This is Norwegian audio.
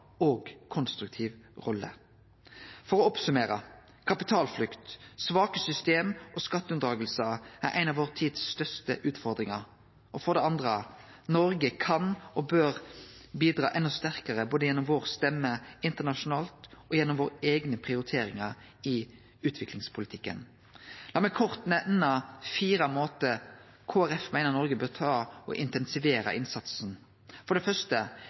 og konstruktiv rolle. For å summere opp: kapitalflukt, svake skattesystem og skatteunndragingar er nokre av vår tids største utfordringar Noreg kan og bør bidra enda sterkare både gjennom vår stemme internasjonalt og gjennom våre eigne prioriteringar i utviklingspolitikken Lat meg kort nemne fire måtar Kristeleg Folkeparti meiner Noreg bør intensivere innsatsen på: Det første